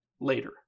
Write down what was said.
later